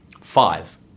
Five